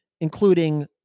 including